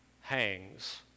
hangs